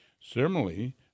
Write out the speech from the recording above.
Similarly